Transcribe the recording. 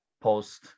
post